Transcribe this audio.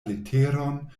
leteron